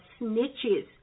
snitches